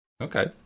Okay